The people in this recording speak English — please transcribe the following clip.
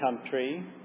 country